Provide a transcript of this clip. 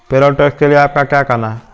Payroll tax के लिए आपका क्या कहना है?